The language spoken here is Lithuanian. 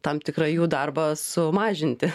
tam tikrą jų darbą sumažinti